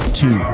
two,